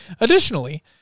Additionally